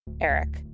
Eric